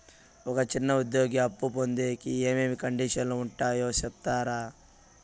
ఒక చిన్న ఉద్యోగి అప్పు పొందేకి ఏమేమి కండిషన్లు ఉంటాయో సెప్తారా?